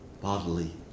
bodily